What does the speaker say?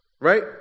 right